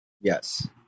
Yes